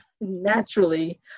naturally